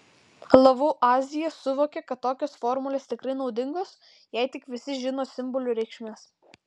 lavuazjė suvokė kad tokios formulės tikrai naudingos jei tik visi žino simbolių reikšmes